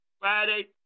Friday